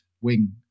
wing